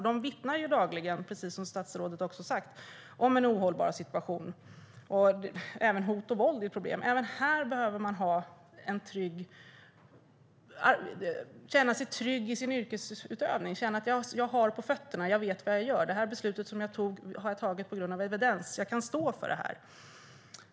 De vittnar dagligen, precis som statsrådet sagt, om en ohållbar situation. Även hot och våld är ett problem. Man behöver känna sig trygg i sin yrkesutövning och känna: Jag har på fötterna och vet vad jag gör. Det beslut som jag har fattat har jag fattat på grund av evidens, och jag kan stå för det.